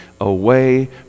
away